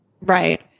Right